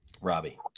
Robbie